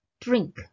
Drink